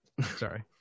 Sorry